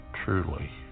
Truly